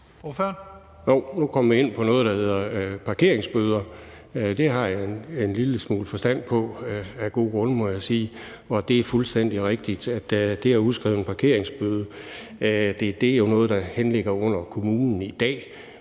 Nu kommer vi ind på noget, der hedder parkeringsbøder. Det har jeg en lille smule forstand på – af gode grunde, må jeg sige. Og det er fuldstændig rigtigt, at det at udskrive en parkeringsbøde jo er noget, der henligger under kommunen i dag.